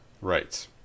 Right